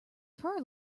fur